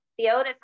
Theodis